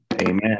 Amen